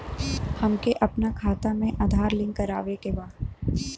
हमके अपना खाता में आधार लिंक करावे के बा?